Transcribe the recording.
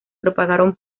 propagaron